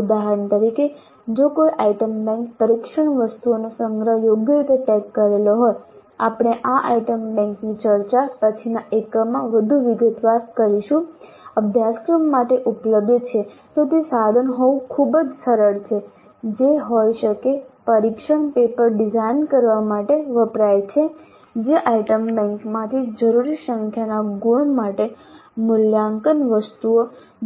ઉદાહરણ તરીકે જો કોઈ આઇટમ બેંક પરીક્ષણ વસ્તુઓનો સંગ્રહ યોગ્ય રીતે ટેગ કરેલો હોય આપણે આ આઇટમ બેંકની ચર્ચા પછીના એકમમાં વધુ વિગતવાર કરીશું અભ્યાસક્રમ માટે ઉપલબ્ધ છે તો તે સાધન હોવું ખૂબ જ સરળ છે જે હોઈ શકે પરીક્ષણ પેપર ડિઝાઇન કરવા માટે વપરાય છે જે આઇટમ બેંકમાંથી જરૂરી સંખ્યાના ગુણ માટે મૂલ્યાંકન વસ્તુઓ